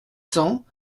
cents